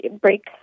break